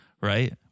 Right